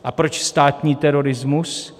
A proč státní terorismus?